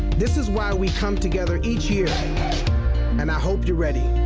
this is why we come together each year and i hope you're ready